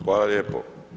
Hvala lijepo.